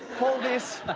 hold this.